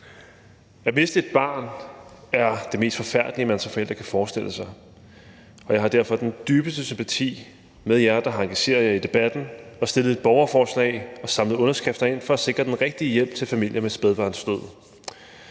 At miste et barn er det mest forfærdelige, man som forældre kan forestille sig, og jeg har derfor den dybeste sympati med jer, der har engageret jer i debatten og stillet et borgerforslag og samlet underskrifter ind for at sikre den rigtige hjælp til familier ved spædbarnsdød.